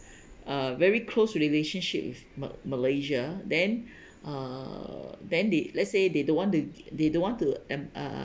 uh very close relationship with mal~ malaysia then uh then they let's say they don't want to they don't want to them uh